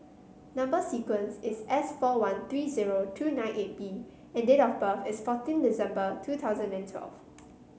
number sequence is S four one three zero two nine eight B and date of birth is fourteen December two thousand and twelve